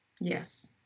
Yes